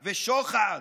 ושוחד,